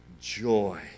joy